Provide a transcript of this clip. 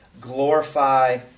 glorify